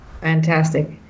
Fantastic